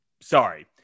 sorry